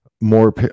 more